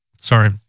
Sorry